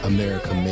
America